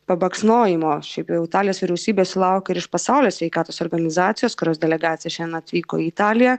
pabaksnojimo šiaip jau italijos vyriausybė sulaukė ir iš pasaulio sveikatos organizacijos kurios delegacija šiandien atvyko į italiją